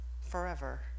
forever